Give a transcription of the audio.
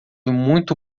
muito